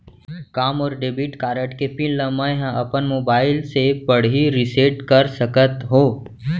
का मोर debit card के पिन ल मैं ह अपन मोबाइल से पड़ही रिसेट कर सकत हो?